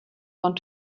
want